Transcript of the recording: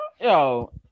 Yo